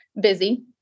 busy